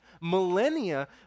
millennia